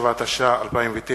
47), התש"ע 2009,